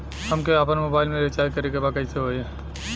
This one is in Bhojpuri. हमके आपन मोबाइल मे रिचार्ज करे के बा कैसे होई?